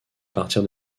partir